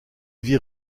vit